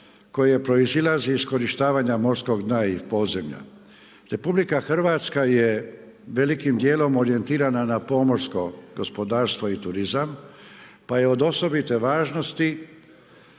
koje proizilazi iz iskorištavanja morskog dna i podzemlja. RH je velikim dijelom orijentirana na pomorsko gospodarstvo i turizam, pa je od osobite važnosti